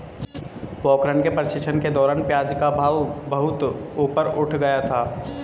पोखरण के प्रशिक्षण के दौरान प्याज का भाव बहुत ऊपर उठ गया था